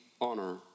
honor